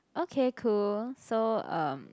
okay cool so um